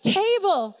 table